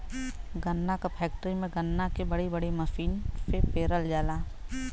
गन्ना क फैक्ट्री में गन्ना के बड़ी बड़ी मसीन से पेरल जाला